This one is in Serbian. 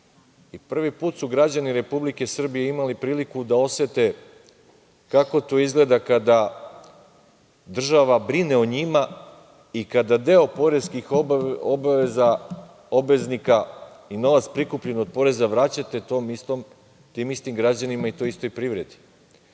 Prvi put su građani Republike Srbije imali priliku da osete kako to izgleda kada država brine o njima i kada deo poreskih obveznika i novac prikupljen od poreza vraćate tim istim građanima i toj istoj privredi.